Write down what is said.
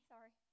Sorry